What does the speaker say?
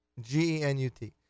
G-E-N-U-T